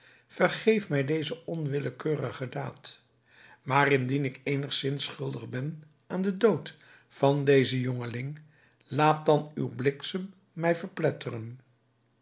vergeef mij deze onwillekeurige daad maar indien ik eenigzins schuldig ben aan den dood van dezen jongeling laat dan uw bliksem mij verpletteren